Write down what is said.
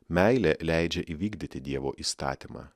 meilė leidžia įvykdyti dievo įstatymą